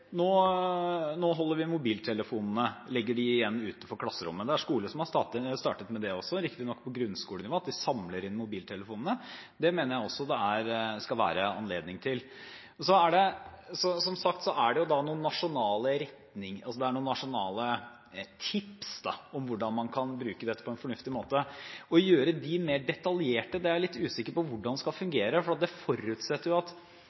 nå legger vi mobiltelefonene igjen utenfor klasserommet. Det er skoler som har startet med det også, riktig nok på grunnskolenivå – at de samler inn mobiltelefonene. Det mener jeg også det skal være anledning til. Så er det, som sagt, noen nasjonale tips om hvordan man kan bruke dette på en fornuftig måte. Det å gjøre dem mer detaljerte er jeg litt usikker på hvordan skal